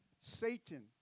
Satan